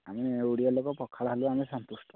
ଆମେ ଓଡ଼ିଆ ଲୋକ ପଖାଳ ହେଲେ ଆମେ ସନ୍ତୁଷ୍ଟ